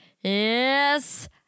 Yes